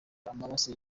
amaraso